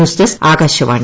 news desk Akashvani